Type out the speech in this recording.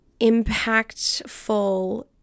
impactful